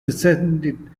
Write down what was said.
descended